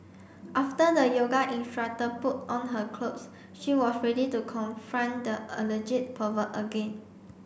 after the yoga instructor put on her clothes she was ready to confront the alleged pervert again